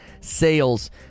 sales